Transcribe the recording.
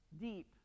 deep